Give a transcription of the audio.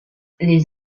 les